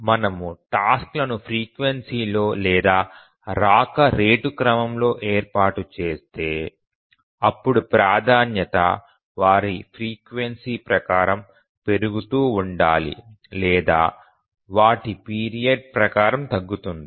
మనము టాస్క్ లను ఫ్రీక్వెన్సీ లో లేదా రాక రేటు క్రమంలో ఏర్పాటు చేస్తే అప్పుడు ప్రాధాన్యత వారి ఫ్రీక్వెన్సీ ప్రకారం పెరుగుతూ ఉండాలి లేదా వాటి పీరియడ్ ప్రకారం తగ్గుతుంది